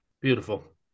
Beautiful